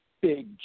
big